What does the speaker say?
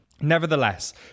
Nevertheless